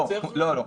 לא.